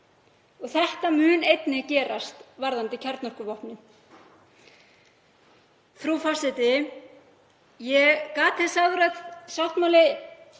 Þetta mun einnig gerast varðandi kjarnorkuvopnin. Frú forseti. Ég gat þess að sáttmáli